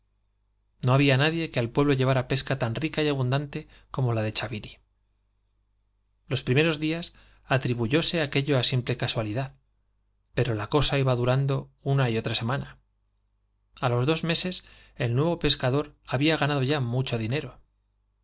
o había nadie que al llevara pesca tan rica pueblo y abundante como la de chaviri los días atribuyóse aquello á simple primeros casua lidad pero la cosa iba durando una y otra semana a los dos meses el nuevo pescador había ganado ya mucho dinero